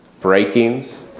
breakings